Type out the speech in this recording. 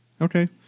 okay